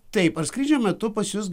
taip ar skrydžio metu pas jus